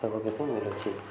ସବୁକିଛି ମିଳୁଛି